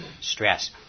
stress